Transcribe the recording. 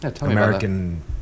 American